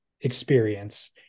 experience